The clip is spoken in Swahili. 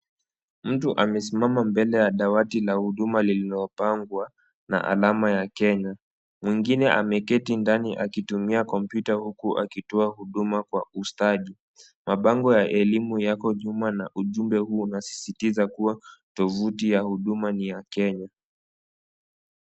Mtu amesimama mbele ya dawati la huduma lililopangwa na alama ya Kenya. Mwingine ameketi ndani akitumia kompyuta, huku akitoa huduma kwa ustadi. Mabango ya elimu yako nyuma na ujumbe huu unasisitiza kuwa tovuti ya huduma ni ya Kenya.